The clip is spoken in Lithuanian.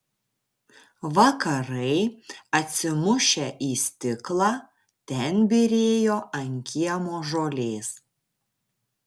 vakarai atsimušę į stiklą ten byrėjo ant kiemo žolės